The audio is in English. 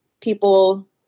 people